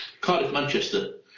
Cardiff-Manchester